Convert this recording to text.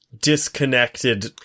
disconnected